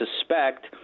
suspect